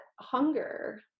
hunger